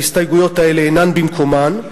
ההסתייגויות האלה אינן במקומן.